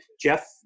Jeff